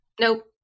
nope